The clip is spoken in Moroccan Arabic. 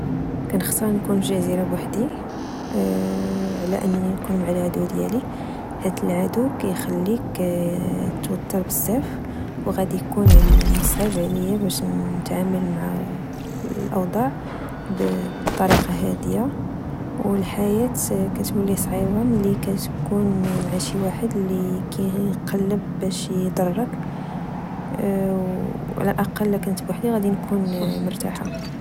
كنختار نكون في جزيرة بوحدي على أنني نكون مع العدو ديالي، حيت العدو كخليك توتر بزاف، وغادي يكون من الصعيب عليا باس نتعامل مع الأوضاع بطريقة هادية. و الحياة كتولي صعيبة ملي كتكون مع شواحد اللي كقلب باش يضرك ، على الأقل إلا كنت بوحدي غادي نكون مرتاحة